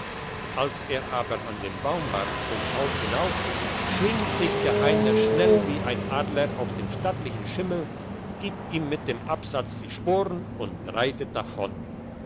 als er aber an dem baum war und schaut hinauf schwingt sich der heiner schnell wie ein adler auf den stattlichen schimmel gibt ihm mit dem absatz die sporen und reitet davon